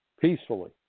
Peacefully